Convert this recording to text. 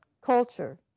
culture